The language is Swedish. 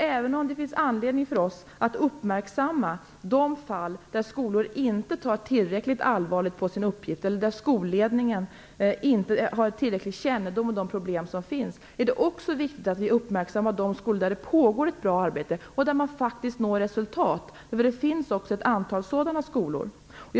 Även om det finns anledning för oss att uppmärksamma de fall där skolor inte tar tillräckligt allvarligt på sin uppgift eller där skolledningen inte har tillräcklig kännedom om de problem som finns, är det också viktigt att vi uppmärksammar de skolor där det pågår ett bra arbete och där man faktiskt når resultat. Det finns också ett antal sådana skolor.